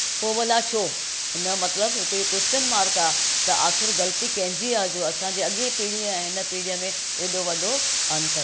पोइ भला छो हिन जो मतिलबु हिकु इहो कोशचिन मार्क आहे त आख़िरि ग़लती कंहिंजी आहे जो असांजे अॻी पीढी ऐं हिन पीढ़ीअ में एॾो वॾो अंतर आहे